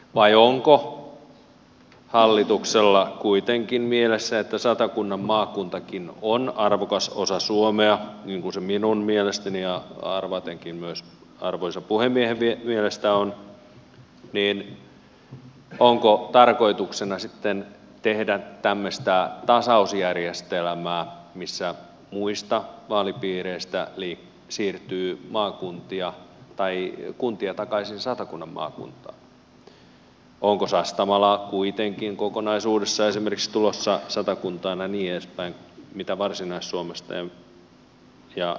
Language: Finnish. vai onko hallituksella kuitenkin mielessä että satakunnan maakuntakin on arvokas osa suomea niin kuin se minun mielestäni ja arvatenkin myös arvoisan puhemiehen mielestä on ja onko tarkoituksena sitten tehdä tämmöistä tasausjärjestelmää missä muista vaalipiireistä siirtyy kuntia takaisin satakunnan maakuntaan onko esimerkiksi sastamala kuitenkin kokonaisuudessaan tulossa satakuntaan ja niin edespäin mitä varsinais suomesta kokonaisuus halliten